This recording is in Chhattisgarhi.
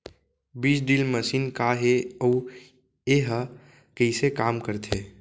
बीज ड्रिल मशीन का हे अऊ एहा कइसे काम करथे?